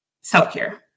Self-care